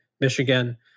Michigan